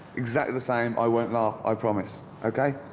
exactly the same, i won't laugh. i promise. okay?